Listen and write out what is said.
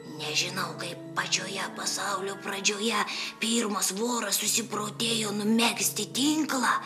nežinau kaip pačioje pasaulio pradžioje pirmas voras susiprotėjo numegzti tinklą